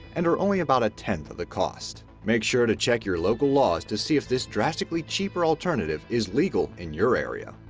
and are only about a tenth of the cost. make sure to check your local laws to see if this drastically cheaper alternative is legal in your area.